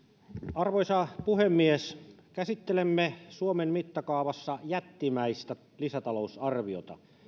arvoisa puhemies käsittelemme suomen mittakaavassa jättimäistä lisätalousarviota